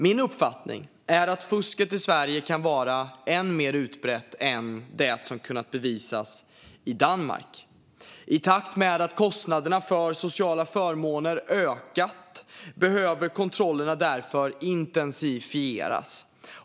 Min uppfattning är att fusket i Sverige kan vara än mer utbrett än det fusk som har kunnat bevisas i Danmark. I takt med att kostnaderna för sociala förmåner ökat behöver kontrollerna därför intensifieras.